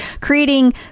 Creating